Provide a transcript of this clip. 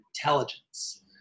intelligence